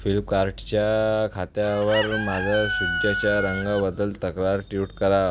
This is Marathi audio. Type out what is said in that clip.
फ्लिपकार्टच्या खात्यावर माझा शूज्याच्या रंगाबद्दल तक्रार ट्यूट करा